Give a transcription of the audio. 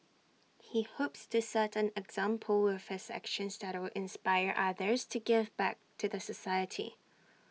he hopes to set an example with his actions that will inspire others to give back to the society